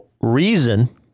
reason